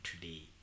today